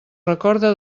recorda